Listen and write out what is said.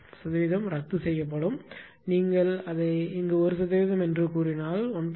சதவீதம் ரத்து செய்யப்படும் நீங்கள் அதை இங்கு 1 சதவிகிதம் என்று சொன்னால் 1